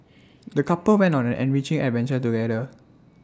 the couple went on an enriching adventure together